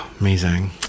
Amazing